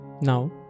Now